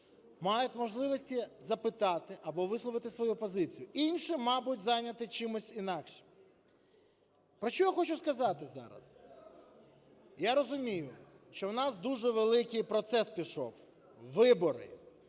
мають можливості запитати або висловити свою позицію. Інші, мабуть, зайняті чимось інакшим. Про що я хочу сказати зараз? Я розумію, що в нас дуже великий процес пішов – вибори.